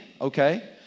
okay